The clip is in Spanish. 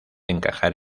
encajar